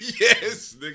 yes